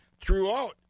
throughout